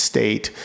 State